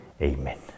Amen